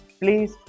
Please